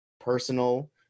personal